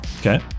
Okay